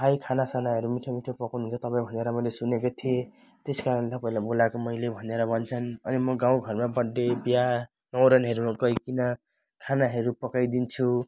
भाइ खानासानाहरू मिठो मिठो पकाउनु हुन्छ तपाईँ भनेर मैले सुनेको थिएँ त्यस कारण तपाईँलाई बोलाएको मैले भनेर भन्छन् अनि म गाउँघरमा बर्डडे बिहा न्वारनहरूकै गइकन खानाहरू पकाइदिन्छु